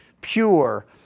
pure